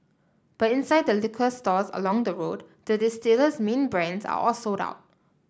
but inside the liquor stores along the road the distiller's main brands are all sold out